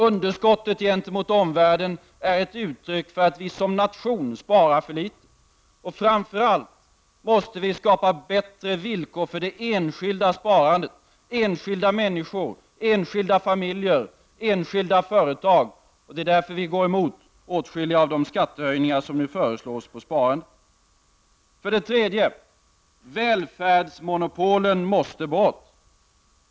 Underskottet gentemot omvärlden är ett uttryck för att vi som nation sparar för litet. Framför allt måste vi skapa bättre villkor för det enskilda sparandet — för enskilda människor, enskilda familjer och enskilda företag —, och det är därför vi går emot åtskilliga av de skattehöjningar som nu föreslås för sparandet. För det tredje: välfärdsmonopolen måste bort.